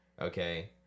Okay